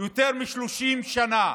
יותר מ-30 שנה.